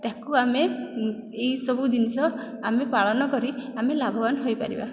ତାକୁ ଆମେ ଏହିସବୁ ଜିନଷ ଆମେ ପାଳନ କରି ଆମେ ଲାଭବାନ ହୋଇପାରିବା